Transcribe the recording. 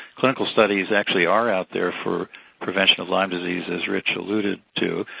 clinical studies, actually, are out there for prevention of lyme disease, as rich alluded to.